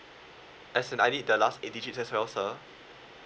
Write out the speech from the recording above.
as in I need the last eight digits as well sir